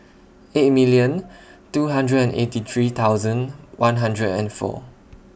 eight million two hundred and eighty three thousand one hundred and four